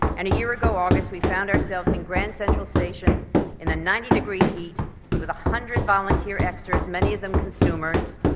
and a year ago august we found ourselves in grand central station in a ninety degree heat with one hundred volunteer extras, many of them consumers.